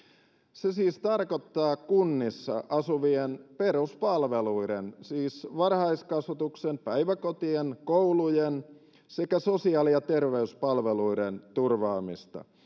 se siis tarkoittaa kunnissa asuvien peruspalveluiden siis varhaiskasvatuksen päiväkotien koulujen sekä sosiaali ja terveyspalveluiden turvaamista